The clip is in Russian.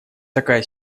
такая